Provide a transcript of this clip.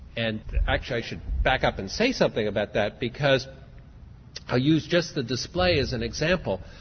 and actually i should back up and say something about that because i used just the display as an example,